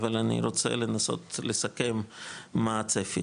אבל אני רוצה לנסות לסכם מה הצפי.